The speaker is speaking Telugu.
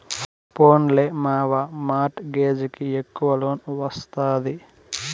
పోన్లే మావా, మార్ట్ గేజ్ కి ఎక్కవ లోన్ ఒస్తాది